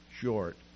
short